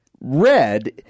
red